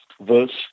verse